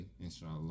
inshallah